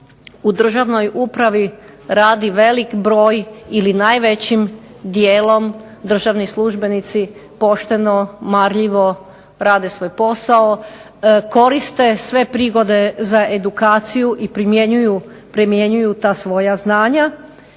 u državnoj upravi radi velik broj ili najvećim dijelom državni službenici pošteno, marljivo rade svoj posao, koriste sve prigode za edukaciju i primjenjuju ta svoja znanja.